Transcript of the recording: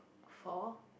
for